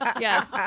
yes